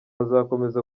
azakomeza